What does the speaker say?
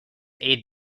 aid